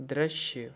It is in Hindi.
दृश्य